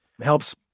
helps